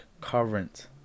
Current